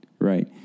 Right